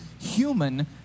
human